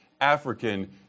African